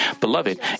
Beloved